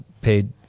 paid